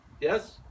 Yes